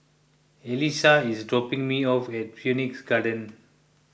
Elissa is dropping me off at Phoenix Garden